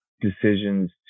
decisions